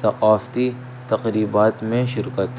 ثقافتی تقریبات میں شرکت